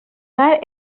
mar